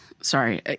Sorry